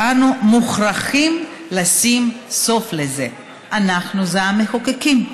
ואנו מוכרחים לשים לזה סוף, "אנחנו" זה המחוקקים.